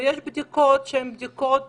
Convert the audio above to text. ויש בדיקות שהן בדיקות